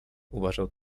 uważał